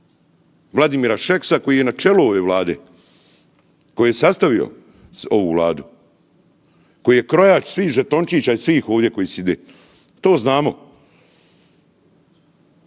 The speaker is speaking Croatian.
Vladimira Šeksa koji je na čelu ove Vlade, koji je sastavio ovu Vladu, koji je krojač svih žetončića i svih ovdje koji sjede. To znamo.